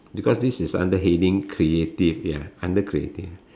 because this is under heading creative ya under creative